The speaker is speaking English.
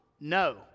No